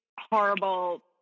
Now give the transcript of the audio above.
horrible